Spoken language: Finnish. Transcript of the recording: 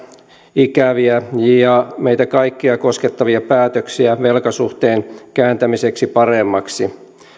ikäviä ja meitä kaikkia koskettavia päätöksiä velkasuhteen kääntämiseksi paremmaksi